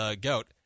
GOAT